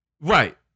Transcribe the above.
Right